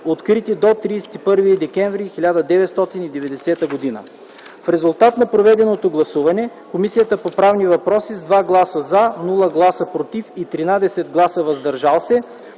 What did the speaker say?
открити до 31 декември 1990 г. В резултат на проведеното гласуване, Комисията по правни въпроси с 2 гласа „за”, без „против” и 13 гласа “въздържали се”,